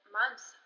months